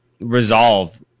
resolve